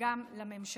גם לממשלה.